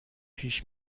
پیش